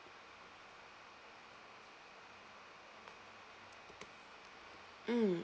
mm